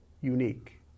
unique